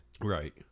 right